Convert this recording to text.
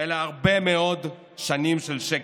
אלא הרבה מאוד שנים של שקר.